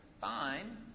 fine